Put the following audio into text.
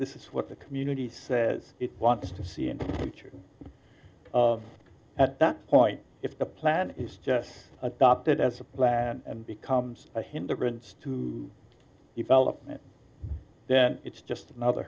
this is what the community says it wants to see and of at that point if the plan is just adopted as a plan and becomes a hindrance to development then it's just another